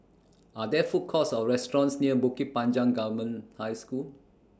Are There Food Courts Or restaurants near Bukit Panjang Government High School